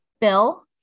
Bill